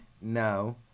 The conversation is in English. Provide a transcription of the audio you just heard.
No